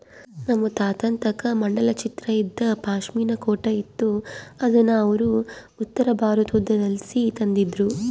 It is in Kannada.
ನಮ್ ತಾತುನ್ ತಾಕ ಮಂಡಲ ಚಿತ್ರ ಇದ್ದ ಪಾಶ್ಮಿನಾ ಕೋಟ್ ಇತ್ತು ಅದುನ್ನ ಅವ್ರು ಉತ್ತರಬಾರತುದ್ಲಾಸಿ ತಂದಿದ್ರು